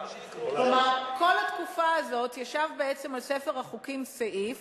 כלומר, כל התקופה הזאת ישב בעצם בספר החוקים סעיף